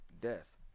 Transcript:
Death